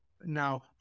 Now